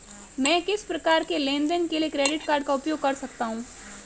मैं किस प्रकार के लेनदेन के लिए क्रेडिट कार्ड का उपयोग कर सकता हूं?